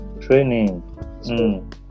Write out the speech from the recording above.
Training